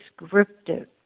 descriptive